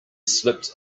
slipped